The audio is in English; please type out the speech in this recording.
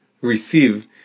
receive